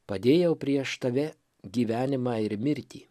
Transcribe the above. padėjau prieš tave gyvenimą ir mirtį